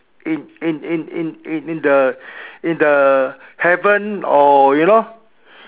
in in in in in the in the in the heaven or you know